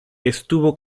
estuvo